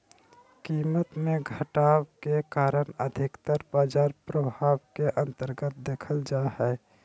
कीमत मे घटाव के कारण अधिकतर बाजार प्रभाव के अन्तर्गत देखल जा हय